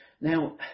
Now